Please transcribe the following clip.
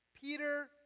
Peter